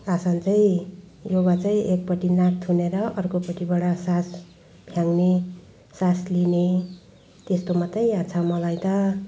आसन चाहिँ योगा चाहिँ एकपट्टि नाक थुनेर अर्कोपट्टिबाट सास फ्याँक्ने सास लिने त्यस्तो मात्रै याद छ मलाई त